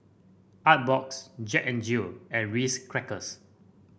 Artbox Jack N Jill and Ritz Crackers